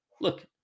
Look